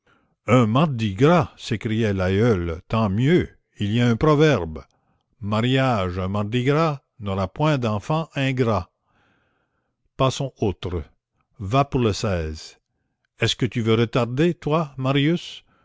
un mardi gras s'écria l'aïeul tant mieux il y a un proverbe mariage un mardi gras n'aura point d'enfants ingrats passons outre va pour le est-ce que tu veux retarder toi marius